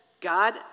God